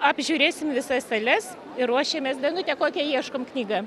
apžiūrėsime visas sales ir ruošiamės danute kokią ieškome knygą